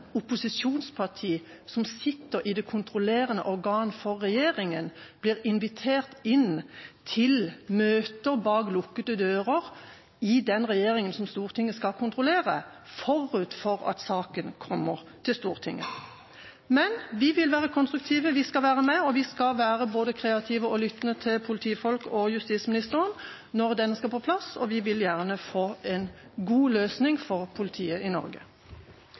opposisjonsparti som sitter i det kontrollerende organ for regjeringen, blir invitert inn til møter bak lukkede dører i den regjeringen som Stortinget skal kontrollere, forut for at saken kommer til Stortinget. Vi vil være konstruktive, vi skal være med, og vi skal være både kreative og lyttende til politifolk og justisministeren når dette skal på plass. Vi vil gjerne få en god løsning for politiet i Norge.